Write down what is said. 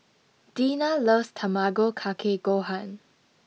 Dina loves Tamago Kake Gohan